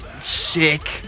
sick